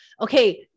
okay